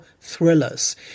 thrillers